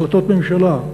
החלטות ממשלה,